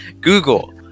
Google